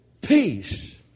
Peace